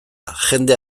jende